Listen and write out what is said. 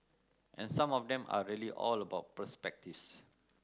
and some of them are really all about perspectives